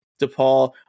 DePaul